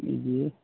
बिदि